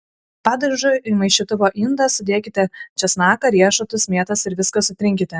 padažui į maišytuvo indą sudėkite česnaką riešutus mėtas ir viską sutrinkite